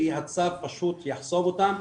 כי הצו פשוט יחסום אותם,